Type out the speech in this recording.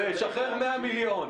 -- לשחרר 100 מיליון.